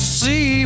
see